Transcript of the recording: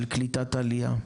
של קליטת עלייה,